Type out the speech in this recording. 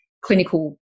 clinical